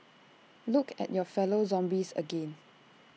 look at your fellow zombies again